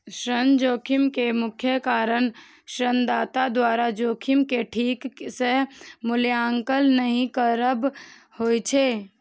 ऋण जोखिम के मुख्य कारण ऋणदाता द्वारा जोखिम के ठीक सं मूल्यांकन नहि करब होइ छै